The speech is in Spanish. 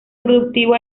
productivo